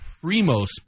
primo's